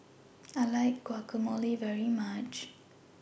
I like Guacamole very much